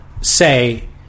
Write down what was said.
say